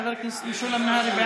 חבר הכנסת משולם נהרי,